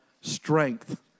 strength